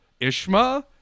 Ishma